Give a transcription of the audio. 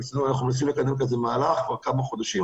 אנחנו מנסים לקדם כזה מהלך כבר כמה חודשים,